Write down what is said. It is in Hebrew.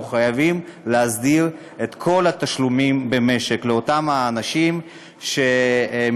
אנחנו חייבים להסדיר את כל התשלומים במשק לאותם האנשים שמביאים